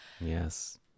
Yes